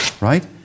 right